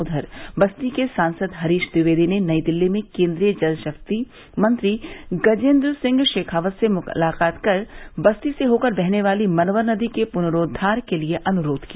उधर बस्ती के सांसद हरीश द्विवेदी ने नई दिल्ली में केन्द्रीय जल शक्ति मंत्री गजेन्द्र सिंह शेखावत से मुलाकात कर बस्ती से होकर बहने वाली मनवर नदी के प्रनरोद्वार के लिए अनुरोध किया